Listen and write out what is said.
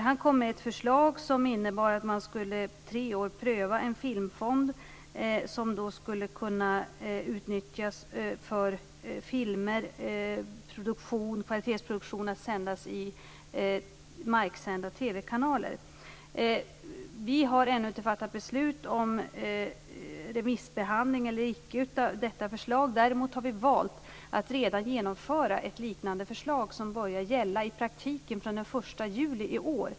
Han kom med ett förslag som innebar att man tre år skulle pröva en filmfond som skulle kunna utnyttjas för kvalitetsproduktion att sändas i marksända TV-kanaler. Vi har ännu inte fattat beslut om remissbehandling eller icke av detta förslag. Däremot har vi valt att redan genomföra ett liknande förslag som i praktiken börjar gälla från den 1 juli i år.